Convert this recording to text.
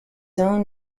own